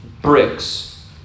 bricks